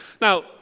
Now